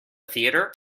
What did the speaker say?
theater